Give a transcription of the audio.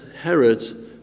Herod